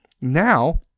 Now